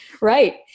Right